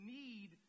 need